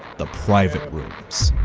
the private rooms.